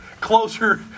closer